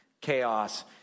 chaos